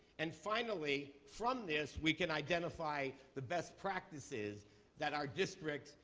and finally, from this, we can identify the best practices that our districts,